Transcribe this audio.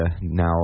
now